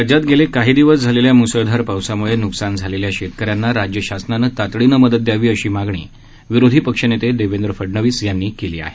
राज्यात पेले काही दिवस झालेल्या मुसळधार पावसामुळे नुकसान झालेल्या शेतकऱ्यांना राज्य शासनानं तातडीनं मदत द्यावी अशी मा णी विरोधी पक्षनेते देवेंद्र फडणवीस यांनी केली आहे